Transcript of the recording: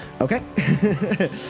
okay